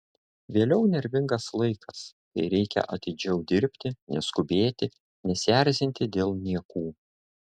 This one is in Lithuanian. vėliau nervingas laikas kai reikia atidžiau dirbti neskubėti nesierzinti dėl niekų